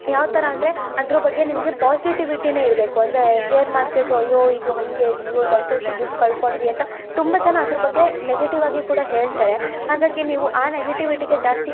ಯಾವ ಥರ ಅಂದರೆ ಅದ್ರ ಬಗ್ಗೆ ನಿಮಗೆ ಪಾಸಿಟಿವಿಟಿನೆ ಇರಬೇಕು ಅಂದರೆ ಶೇರ್ ಮಾರ್ಕೆಟು ಅಯ್ಯೋ ಇದು ಹಾಗೇ ಡಿಯ್ಯೋ ಅಷ್ಟಷ್ಟು ದುಡ್ಡು ಕಳ್ಕೊಂಡ್ವಿ ಅಂತ ತುಂಬ ಜನ ಅದ್ರ ಬಗ್ಗೆ ನೆಗೆಟಿವ್ ಆಗಿ ಕೂಡ ಹೇಳ್ತಾರೆ ಹಾಗಾಗಿ ನೀವು ಆ ನೆಗೆಟಿವಿಟಿಗೆ ಜಾಸ್ತಿ